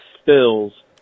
spills